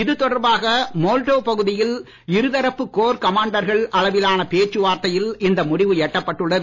இது தொடர்பாக மோல்டோ பகுதியில் இருதரப்பு கோர் கமாண்டர்கள் அளவிலான பேச்சு வார்த்தையில் இந்த முடிவு எட்டப்பட்டுள்ளது